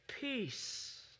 Peace